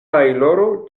tajloro